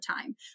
time